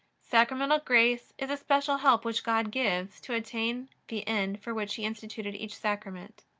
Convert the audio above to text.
sacramental grace is a special help which god gives, to attain the end for which he instituted each sacrament.